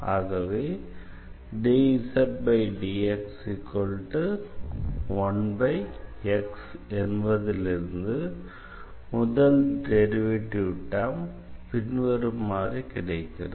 ஆகவே என்பதிலிருந்து முதல் டெரிவேட்டிவ் டெர்ம் பின்வருமாறு கிடைக்கிறது